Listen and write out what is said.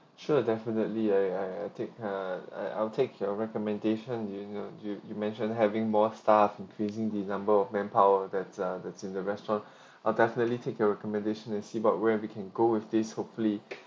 sure definitely I I I take uh I I'll take your recommendation you you you mentioned having more staff increasing the number of manpower that's uh that's in the restaurant I'll definitely take your recommendation and see about where we can go with this hopefully